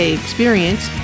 experience